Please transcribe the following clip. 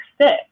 six